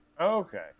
okay